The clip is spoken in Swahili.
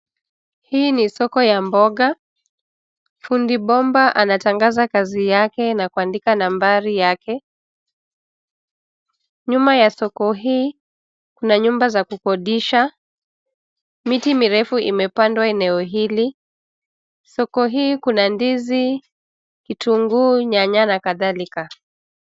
Hii ni soko ya mboga. Fundi bomba anatangaza kazi yake na kuandika nambari yake. Nyuma ya soko hii kuna nyumba za kukondisha. Miti mirefu imepandwa eneo hili. Soko hii kuna ndizi, vitunguu, nyanya na kadhalika.